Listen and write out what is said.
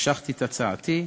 משכתי את הצעתי,